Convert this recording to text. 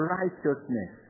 righteousness